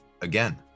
again